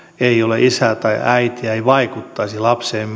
ei ole isää tai äitiä ei vaikuttaisi lapseen